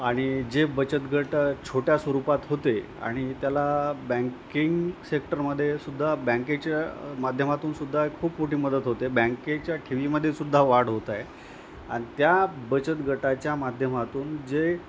आणि जे बचत गट छोट्या स्वरूपात होते आणि त्याला बँकिंग सेक्टरमध्ये सुद्धा बँकेच्या माध्यमातूनसुद्धा खूप मोठी मदत होते बँकेच्या ठेवीमध्ये सुद्धा वाढ होत आहे आणि त्या बचत गटाच्या माध्यमातून जे